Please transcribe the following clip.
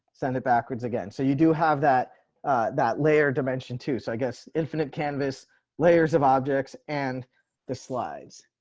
send it backwards again. so you do have that that layer dimension to so i guess infinite canvas layers of objects and the slides.